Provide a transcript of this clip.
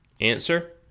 Answer